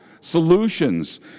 solutions